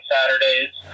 Saturdays